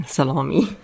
Salami